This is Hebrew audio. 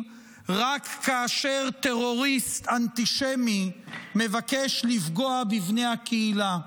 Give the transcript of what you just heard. רק כאשר טרוריסט אנטישמי מבקש לפגוע בבני הקהילה.